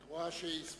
את רואה שהספקת?